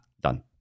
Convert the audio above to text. Done